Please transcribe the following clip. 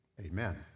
Amen